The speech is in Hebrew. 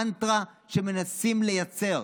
מנטרה שמנסים לייצר,